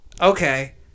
Okay